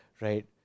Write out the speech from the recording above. right